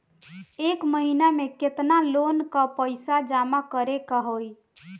एक महिना मे केतना लोन क पईसा जमा करे क होइ?